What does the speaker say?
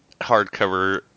hardcover